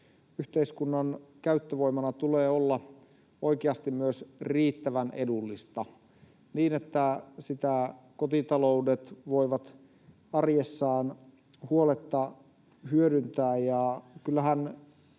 yhteiskunnan käyttövoimana tulee olla oikeasti myös riittävän edullista, niin että sitä kotitaloudet voivat arjessaan huoletta hyödyntää.